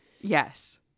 Yes